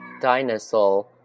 Dinosaur